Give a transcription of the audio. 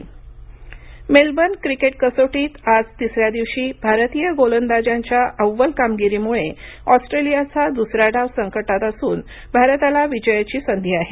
cricket Melbourne cricket कसोटीत आज तिसऱ्या दिवशी भारतीय गोलंदाजांच्या अव्वल कामगिरीमुळे ऑस्ट्रेलियाचा दुसरा डाव संकटात असून भारताला विजयाची संधी आहे